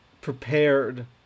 prepared